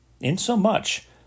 insomuch